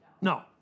No